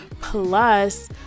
Plus